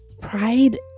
Pride